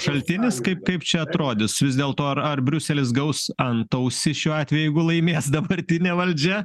šaltinis kaip kaip čia atrodys vis dėlto ar ar briuselis gaus antausį šiuo atveju jeigu laimės dabartinė valdžia